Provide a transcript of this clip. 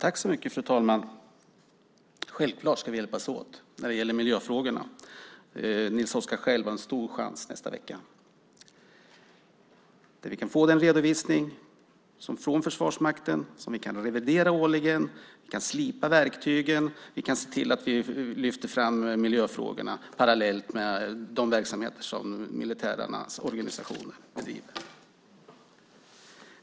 Fru talman! Självklart ska vi hjälpas åt i miljöfrågorna. Nils Oskar har själv en stor chans nästa vecka då vi kan få en redovisning från Försvarsmakten som vi kan revidera. Sedan ska vi slipa verktygen och se till att vi lyfter fram miljöfrågorna parallellt med de verksamheter militära organisationer bedriver.